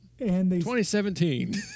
2017